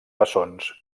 bessons